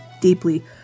deeply